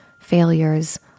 failures